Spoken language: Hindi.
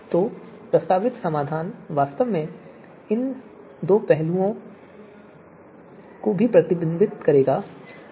तो प्रस्तावित समाधान वास्तव में इन दो पहलुओं को भी प्रतिबिंबित करेगा